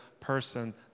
person